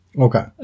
okay